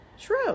True